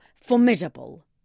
formidable